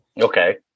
Okay